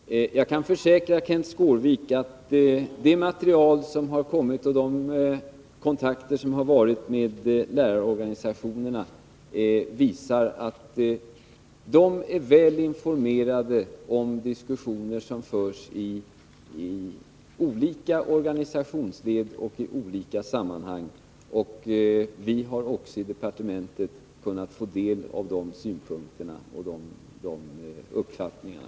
Herr talman! Jag kan försäkra Kenth Skårvik om att det material som har kommit in och de kontakter som har varit med lärarorganisationerna visar att dessa är väl informerade om de diskussioner som förs i olika organisationsled och i olika sammanhang. Också vi i departementet har kunnat ta del av de synpunkterna och de uppfattningarna.